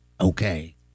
okay